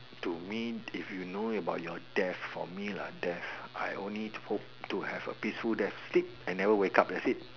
to me if you know about your death for me lah death I only hope to have a peaceful death sleep I never wake up that's it